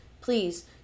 please